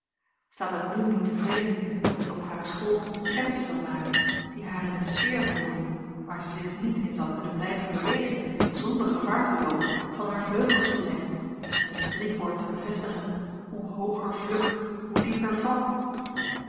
staat het nu niet te vreezen dat zij op hare school kennissen zal maken die haar in een sfeer voeren waar zij zich niet in zal kunnen blijven bewegen zonder gevaar te loopen van haar vleugels te zengen en het spreekwoord te bevestigen hoe hooger vlucht hoe dieper val